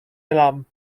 elam